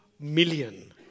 million